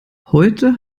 heute